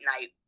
Night